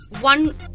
one